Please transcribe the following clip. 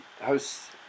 hosts